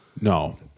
No